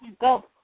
Go